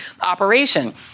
operation